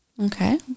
okay